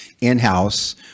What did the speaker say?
in-house